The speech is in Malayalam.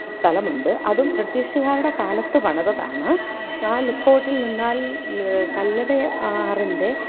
സ്ഥലമുണ്ട് അതും ബ്രിട്ടീഷുകാരുടെ കാലത്ത് പണിതതാണ് ആ ലുക്ക് ഔട്ടിൽ നിന്നാൽ കല്ലട ആറിൻ്റെ